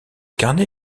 carnet